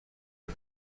are